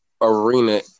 arena